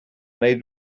nahi